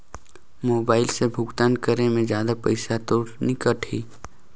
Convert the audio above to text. Mobile से भुगतान करे मे जादा पईसा तो नि कटही?